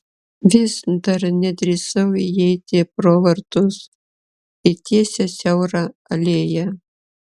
vis dar nedrįsau įeiti pro vartus į tiesią siaurą alėją